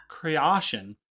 creation